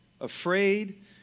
afraid